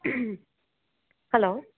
hello